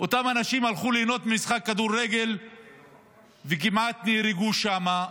אותם אנשים הלכו ליהנות ממשחק כדורגל וכמעט נהרגו שם.